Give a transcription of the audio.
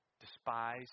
despise